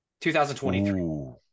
2023